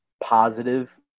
positive